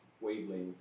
wavelength